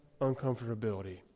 uncomfortability